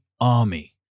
army